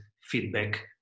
feedback